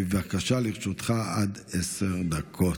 בבקשה, לרשותך עד עשר דקות.